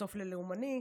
ובסוף ללאומני.